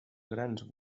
grans